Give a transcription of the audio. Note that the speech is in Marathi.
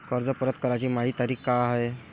कर्ज परत कराची मायी तारीख का हाय?